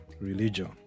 religion